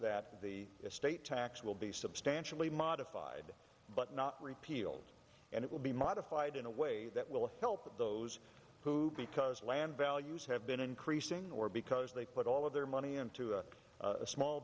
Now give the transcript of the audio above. that the estate tax will be substantially modified but not repealed and it will be modified in a way that will help those who because land values have been increasing or because they put all of their money into a small